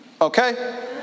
Okay